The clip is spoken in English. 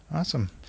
Awesome